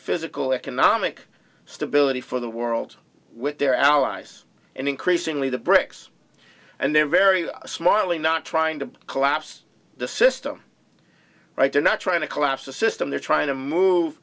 physical economic stability for the world with their allies and increasingly the brics and they're very smartly not trying to collapse the system right they're not trying to collapse the system they're trying to move